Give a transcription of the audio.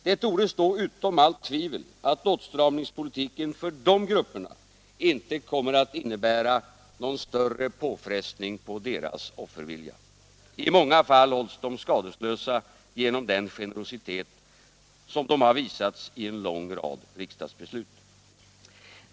Det torde stå utom allt tvivel att åtstramningspolitiken för dessa grupper inte kommer att innebära någon större påfrestning på deras offervilja. I många fall hålls de skadeslösa genom den generositet som de har visats i en lång rad riksdagsbeslut.